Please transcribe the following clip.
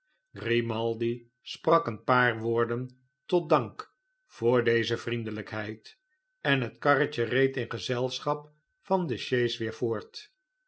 grimaldi sprak een paar woorden tot dank voor deze vriendelijkheid en het karretjereed in gezelschap van de sjees weer voort